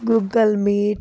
Google meet